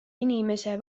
inimese